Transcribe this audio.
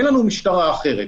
אין לנו משטרה אחרת,